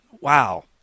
wow